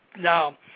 Now